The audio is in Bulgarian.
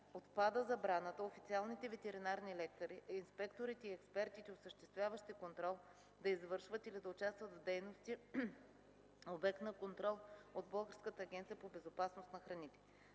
Отпада забраната официалните ветеринарни лекари, инспекторите и експертите, осъществяващи контрол да извършват или да участват в дейности, обект на контрол от Българската агенция по безопасност на храните.